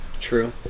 True